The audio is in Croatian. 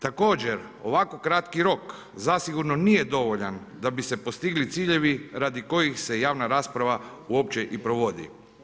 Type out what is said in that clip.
Također ovako kratki rok zasigurno nije dovoljan da bi se postigli ciljevi radi kojih se javna rasprava uopće i provodi.